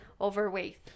overweight